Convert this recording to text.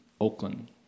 Oakland